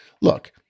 look